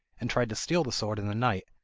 and tried to steal the sword in the night,